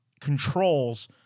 controls